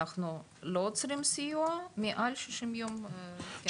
אנחנו לא עוצרים סיוע, מעל 60 יום, כן.